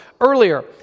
earlier